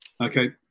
Okay